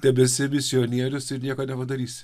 tebesi misionierius ir nieko nepadarys